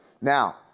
now